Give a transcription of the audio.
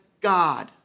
God